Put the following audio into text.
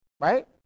right